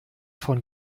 von